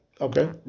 Okay